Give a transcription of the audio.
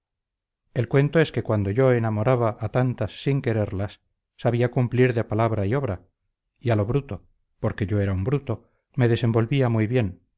el cuento es que cuando yo enamoraba a tantas sin quererlas sabía cumplir de palabra y obra y a lo bruto porque yo era un bruto me desenvolvía muy bien